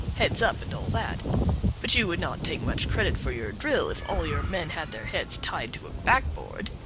heads up, and all that but you would not take much credit for your drill if all your men had their heads tied to a backboard!